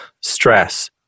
stress